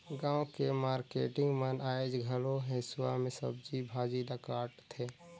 गाँव के मारकेटिंग मन आयज घलो हेसुवा में सब्जी भाजी ल काटथे